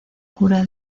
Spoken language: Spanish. cura